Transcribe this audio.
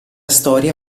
storia